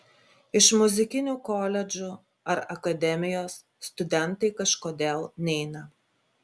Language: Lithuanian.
iš muzikinių koledžų ar akademijos studentai kažkodėl neina